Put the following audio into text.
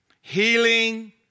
healing